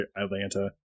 Atlanta